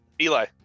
Eli